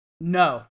no